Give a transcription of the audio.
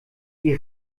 die